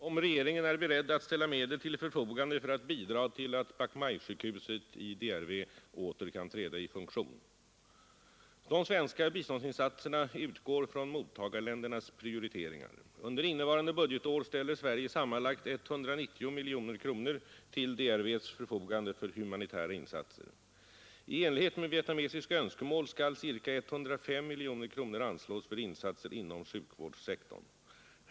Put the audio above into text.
Herr talman! Herr Wirmark har frågat mig om regeringen är beredd att ställa medel till förfogande för att bidra till att Bach Mai-sjukhuset i DRV åter kan träda i funktion. De svenska biståndsinsatserna utgår från mottagarländernas prioriteringar. Under innevarande budgetår ställer Sverige sammanlagt 190 miljoner kronor till DRV:s förfogande för humanitära insatser. I enlighet med vietnamesiska önskemål skall ca 105 miljoner kronor anslås för insatser inom sjukvårdssektorn.